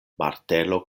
martelo